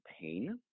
pain